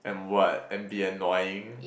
and what and be annoying